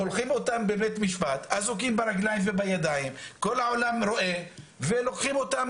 אזוקים ברגליים ובידיים וכל העולם רואה את זה.